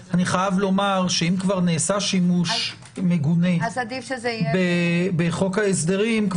אם כבר נעשה שימוש מגונה בחוק ההסדרים,